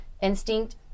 instinct